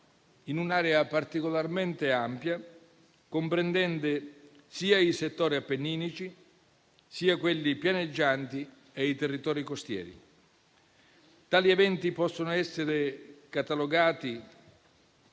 in un'area particolarmente ampia, comprendente sia i settori appenninici, sia quelli pianeggianti e i territori costieri. Tali eventi possono essere catalogati